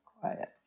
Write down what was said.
quiet